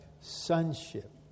sonship